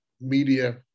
media